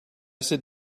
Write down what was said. sit